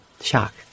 shock